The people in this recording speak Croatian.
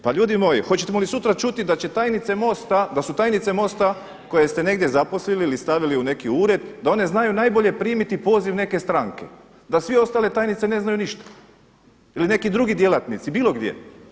Pa ljudi moji, hoćemo li sutra čuti da su tajnice MOST-a koje ste negdje zaposlili ili stavili u neki ured, da one znaju najbolje primiti poziv neke stranke, da sve ostale tajnice ne znaju ništa ili neki drugi djelatnici bilo gdje?